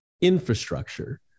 infrastructure